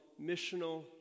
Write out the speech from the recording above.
missional